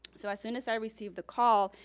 so as soon as i received the call,